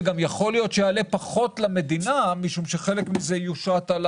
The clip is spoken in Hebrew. יכול להיות שזה יעלה פחות למדינה כי חלק מהם יושת על